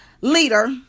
leader